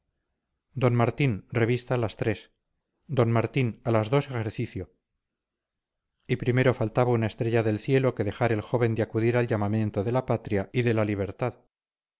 d martín revista a las tres don martín a las dos ejercicio y primero faltaba una estrella del cielo que dejar el joven de acudir al llamamiento de la patria y de la libertad